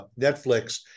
Netflix